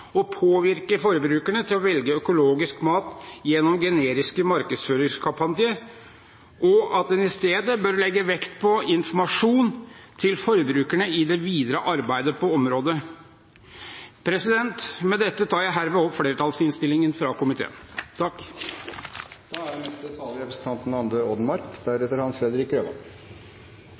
å påvirke forbrukerne til å velge økologisk mat gjennom generiske markedsføringskampanjer, og at en i stedet bør legge vekt på informasjon til forbrukerne i det videre arbeidet på området. Med dette anbefaler jeg innstillingen fra komiteen.